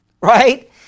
Right